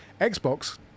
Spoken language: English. Xbox